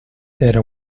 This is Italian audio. era